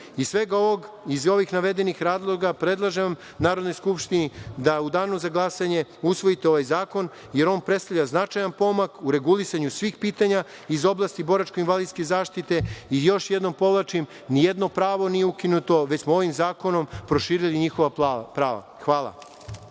svega ovog, iz ovih navedenih razloga predlažem Narodnoj skupštini da u danu za glasanje usvojite ovaj zakon, jer on predstavlja značajan pomak u regulisanju svih pitanja iz oblasti boračko-invalidske zaštite i još jednom podvlačim – nijedno pravo nije ukinuto, već smo ovim zakonom proširili njihova prava. Hvala.